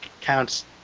counts